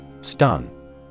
Stun